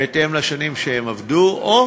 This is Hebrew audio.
בהתאם לשנים שהם עבדו, או